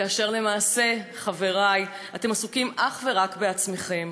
כאשר למעשה, חברי, אתם עסוקים אך ורק בעצמכם.